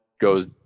goes